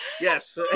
Yes